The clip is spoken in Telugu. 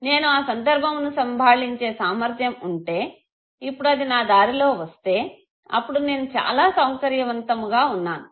నేను ఆ సందర్భమును సంభాళించే సామర్ధ్యం ఉంటే ఇప్పుడు అది నా దారిలో వస్తే అప్పుడు నేను చాలా సౌకర్యవంతముగా ఉన్నాను